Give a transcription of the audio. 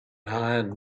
iron